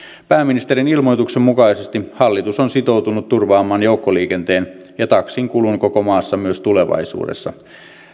pääministerin ilmoituksen mukaisesti hallitus on sitoutunut turvaamaan joukkoliikenteen ja taksin kulun koko maassa myös tulevaisuudessa